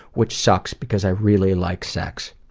which sucks, because i really like sex.